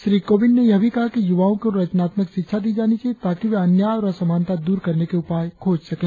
श्री कोविंद ने यह भी कहा कि युवाओं को रचनात्मक शिक्षा दी जानी चाहिए ताकि वे अन्याय और असमानता दूर करने के उपाय खोज सकें